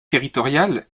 territoriales